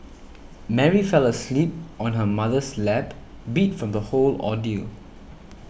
Mary fell asleep on her mother's lap beat from the whole ordeal